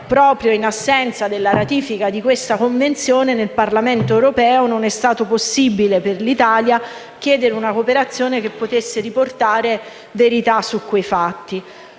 Proprio in assenza della ratifica di questa Convenzione, nel Parlamento europeo non è stato possibile per l'Italia chiedere una cooperazione che potesse riportare verità su quei fatti.